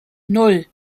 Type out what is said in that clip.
nan